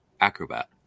Acrobat